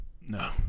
No